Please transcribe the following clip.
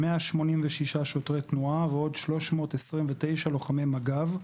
186 שוטרי תנועה ועוד 329 לוחמי מג"ב.